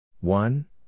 One